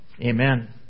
Amen